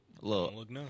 Look